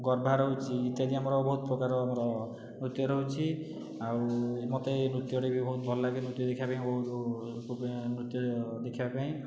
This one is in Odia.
ଗର୍ବା ରହୁଛି ଇତ୍ୟାଦି ଆମର ବହୁତ ପ୍ରକାର ଆମର ନୃତ୍ୟ ରହୁଛି ଆଉ ମୋତେ ଏହି ନୃତ୍ୟଟି ବି ବହୁତ ଭଲ ଲାଗେ ନୃତ୍ୟ ଦେଖିବା ପାଇଁକା ବହୁତ ଲୋକପ୍ରିୟ ନୃତ୍ୟ ଦେଖିବା ପାଇଁ